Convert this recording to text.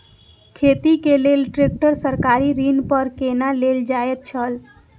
खेती के लेल ट्रेक्टर सरकारी ऋण पर कोना लेल जायत छल?